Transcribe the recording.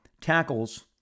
tackles